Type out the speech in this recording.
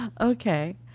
Okay